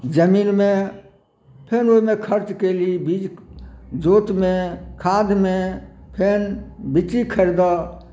जमीनमे फेर ओहिमे खर्च केली बीज जोतमे खादमे फेर बिच्ची खरिदऽ